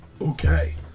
Okay